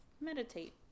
meditate